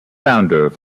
founder